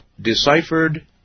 deciphered